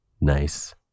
Nice